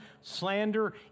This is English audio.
slander